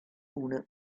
una